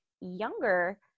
younger